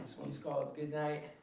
one's called good night,